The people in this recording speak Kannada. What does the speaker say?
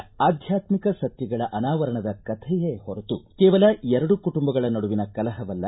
ಮಹಾಭಾರತ ಆಧ್ವಾತ್ಮಿಕ ಸತ್ಯಗಳ ಅನಾವರಣದ ಕಥೆಯೇ ಹೊರತು ಕೇವಲ ಎರಡು ಕುಟುಂಬಗಳ ನಡುವಿನ ಕಲಹವಲ್ಲ